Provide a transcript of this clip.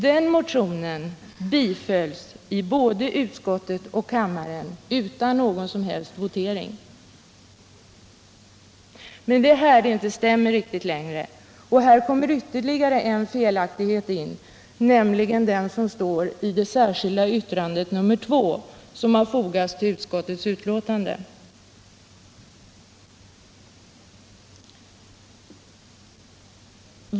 Denna motion tillstyrktes av utskottet och bifölls av kammaren utan votering. Men det är här det inte stämmer riktigt längre. Och det kommer ytterligare en felaktighet in, nämligen den felaktighet som återfinns i det särskilda yttrandet nr 2 som fogats till betänkandet.